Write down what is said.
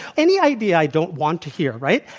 any idea i don't want to hear, right,